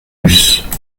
nautilus